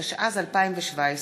התשע"ז 2017,